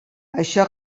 això